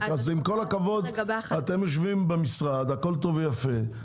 אז עם כל הכבוד אתם יושבים במשרד הכל טוב ויפה,